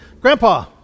Grandpa